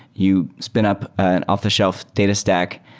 you spin up an off-the-shelf data stack,